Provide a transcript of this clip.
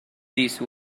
these